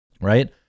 right